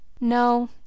No